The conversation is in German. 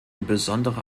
besondere